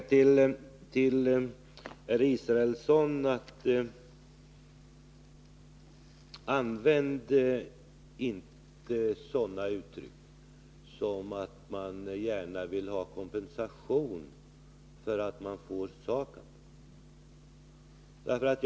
Jag vill säga till Per Israelsson: Använd inte sådana uttryck som att man gärna vill ha kompensation för att man får SAKAB-anläggningen.